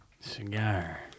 Cigar